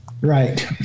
Right